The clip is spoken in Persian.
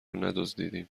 ندزدیدیم